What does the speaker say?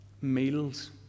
meals